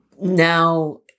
now